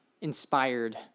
inspired